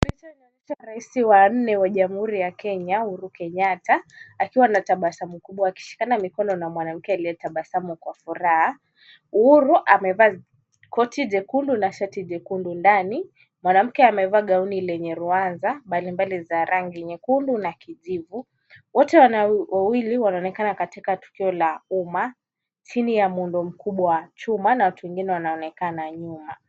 Picha inaonyesha rais wa nne wa Jamhuri ya Kenya Uhuru Kenyatta akiwa na tabasamu kubwa akishikana mkono na mwanamke aliyetabasamu kwa furaha. Uhuru amevaa koti jekundu na shati jekundu ndani. Mwanamke amevaa gauni lenye ruwaza mbalimbali za rangi nyekundu na kijivu. Wote wawili wanaonekana katika tukio la umma chini ya muundo mkubwa wa chuma na watu wengine wanaonekana nyuma.